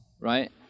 right